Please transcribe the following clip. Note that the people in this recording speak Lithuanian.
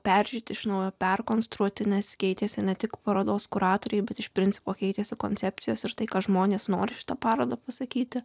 peržiūrėti iš naujo perkonstruoti nes keitėsi ne tik parodos kuratoriai bet iš principo keitėsi koncepcijos ir tai ką žmonės nori šitą parodą pasakyti